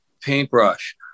paintbrush